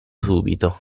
subito